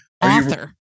author